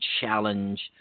challenge